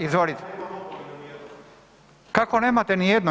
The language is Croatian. Izvolite. … [[Upadica sa strane, ne razumije se.]] Kako nemate nijednu?